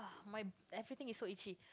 my everything is so itchy